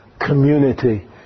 community